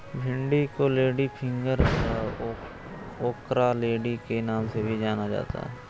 भिन्डी को लेडीफिंगर और ओकरालेडी के नाम से भी जाना जाता है